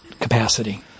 capacity